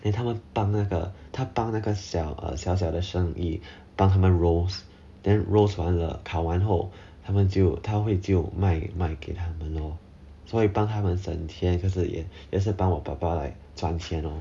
then 他们帮那个他帮那个小小的生意帮他们 roast then roast 完了烤完后他们就他会就卖卖给他们咯所以帮他们省钱可是也帮我爸爸赚钱 lor